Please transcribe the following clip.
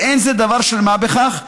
ואין זה דבר של מה בכך,